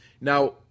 Now